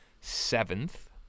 seventh